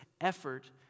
effort